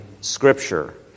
scripture